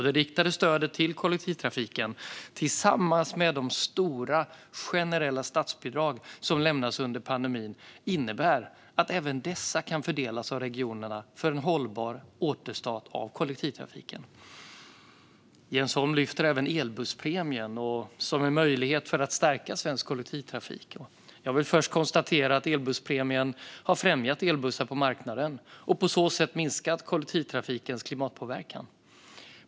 Det riktade stödet till kollektivtrafiken tillsammans med de stora generella statsbidrag som lämnas under pandemin innebär att även dessa kan fördelas av regionerna för en hållbar återstart av kollektivtrafiken. Jens Holm lyfter fram även elbusspremien som en möjlighet för att stärka svensk kollektivtrafik. Jag vill först konstatera att elbusspremien har främjat elbussar på marknaden och på så sätt minskat kollektivtrafikens klimatpåverkan.